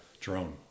drone